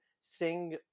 sing